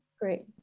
great